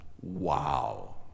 wow